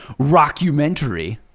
Rockumentary